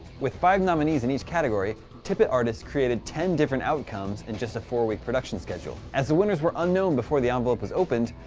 with five nominees in each category, tippett artists created ten different outcomes in just a four-week production schedule. as the winners were unknown before the envelope was opened,